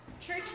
church